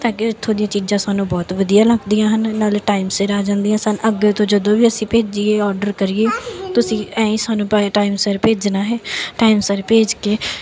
ਤਾਂ ਕਿ ਇੱਥੋਂ ਦੀਆਂ ਚੀਜ਼ਾਂ ਸਾਨੂੰ ਬਹੁਤ ਵਧੀਆ ਲੱਗਦੀਆਂ ਹਨ ਨਾਲ ਟਾਈਮ ਸਿਰ ਆ ਜਾਂਦੀਆਂ ਸਨ ਅੱਗੇ ਤੋਂ ਜਦੋਂ ਵੀ ਅਸੀਂ ਭੇਜੀਏ ਆਰਡਰ ਕਰੀਏ ਤੁਸੀਂ ਐਂਈ ਸਾਨੂੰ ਪੈ ਟਾਈਮ ਸਿਰ ਭੇਜਣਾ ਹੈ ਟਾਈਮ ਸਿਰ ਭੇਜ ਕੇ